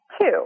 Two